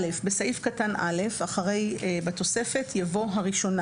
(א)בסעיף קטן (א), אחרי "בתוספת" יבוא "הראשונה